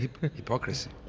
hypocrisy